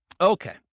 Okay